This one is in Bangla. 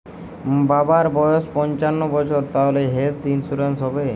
বাবার বয়স পঞ্চান্ন বছর তাহলে হেল্থ ইন্সুরেন্স হবে?